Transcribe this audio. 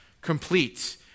complete